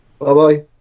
Bye-bye